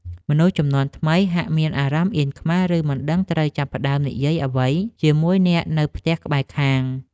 មនុស្សជំនាន់ថ្មីហាក់មានអារម្មណ៍អៀនខ្មាស ឬមិនដឹងត្រូវចាប់ផ្ដើមនិយាយអ្វីជាមួយអ្នកនៅផ្ទះក្បែរខាង។